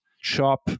shop